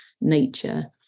nature